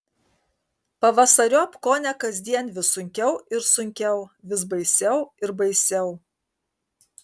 pavasariop kone kasdien vis sunkiau ir sunkiau vis baisiau ir baisiau